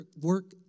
work